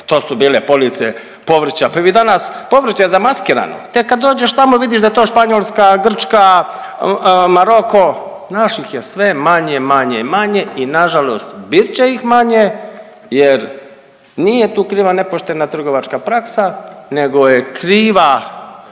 to su bile police povrća, pa vi danas povrće je zamaskirano, tek kad dođeš tamo, vidiš da to Španjolska, Grčka, Maroko, naših je sve manje, manje i manje i nažalost bit će ih manje jer nije tu kriva nepoštena trgovačka praksa nego je kriva